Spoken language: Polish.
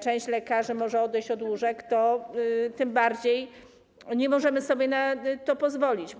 część lekarzy może odejść od łóżek, to tym bardziej nie możemy sobie na to pozwolić.